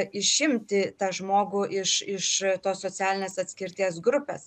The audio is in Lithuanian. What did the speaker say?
išimti tą žmogų iš iš tos socialinės atskirties grupės